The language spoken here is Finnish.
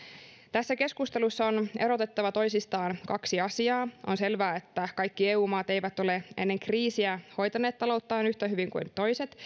tässä keskustelussa on erotettava toisistaan kaksi asiaa on selvää että kaikki eu maat eivät ole ennen kriisiä hoitaneet talouttaan yhtä hyvin kuin toiset